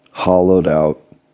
hollowed-out